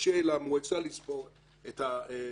שקשה למועצה לספור את העופות.